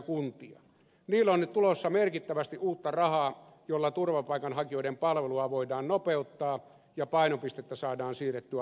niille on nyt tulossa merkittävästi uutta rahaa jolla turvapaikanhakijoiden palvelua voidaan nopeuttaa ja painopistettä saadaan siirrettyä alkupään toimiin